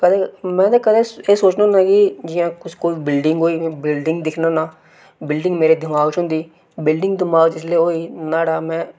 मिगी कदें एह् सोचना होन्ना कि जि'यां कोई बिल्डिंग होई में बिलडिंग दिक्खना होन्ना आं बिल्डिंग मेरे दिमाग च होंदी बिल्डिंग दिमाग च जिसलै होई न्हाड़ा में